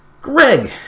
Greg